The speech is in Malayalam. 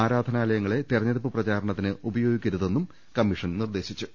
ആ രാധനാലയങ്ങളെ തിരഞ്ഞെടുപ്പ് പ്രചാരണത്തിന് ഉപയോഗിക്കരു തെന്നും കമ്മീഷൻ നിർദേശിച്ചു